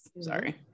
Sorry